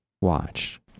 watch